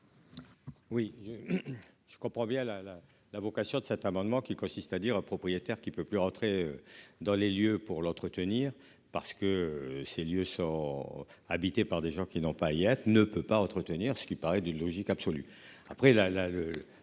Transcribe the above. Oui je. Je comprends bien la la la vocation de cet amendement qui consiste à dire propriétaire qui peut plus rentrer dans les lieux pour l'entretenir. Parce que ces lieux sont habités par des gens qui n'ont pas il y a, tu ne peux pas entretenir ce qui paraît d'une logique absolue après la